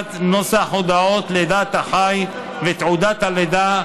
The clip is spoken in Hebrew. בסוגיית נוסח הודעות לידת החי ותעודות הלידה,